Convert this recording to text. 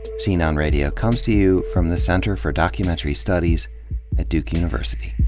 scene on radio comes to you from the center for documentary studies at duke university